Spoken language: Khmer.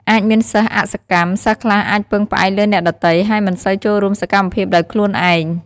អាចមានសិស្សអសកម្ម សិស្សខ្លះអាចពឹងផ្អែកលើអ្នកដទៃ ហើយមិនសូវចូលរួមសកម្មភាពដោយខ្លួនឯង។